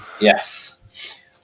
yes